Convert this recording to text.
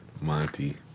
Monty